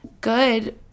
good